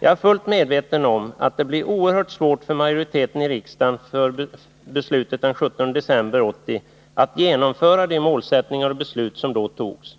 Jag är fullt medveten om att det blir oerhört svårt för den majoritet i riksdagen som stod bakom beslutet den 17 december 1980 att uppnå målen och genomföra beslutet.